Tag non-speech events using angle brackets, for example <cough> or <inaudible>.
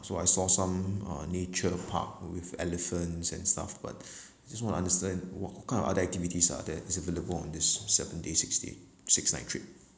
so I saw some uh nature park with elephants and stuff but <breath> just want to understand what kind of other activities are there is available on this seven days six day six night trip